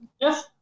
yes